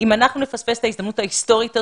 אם אנחנו נפספס את ההזדמנות ההיסטורית הזאת,